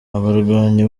abarwanyi